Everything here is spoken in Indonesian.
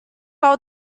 kau